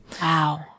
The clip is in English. Wow